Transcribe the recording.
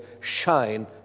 shine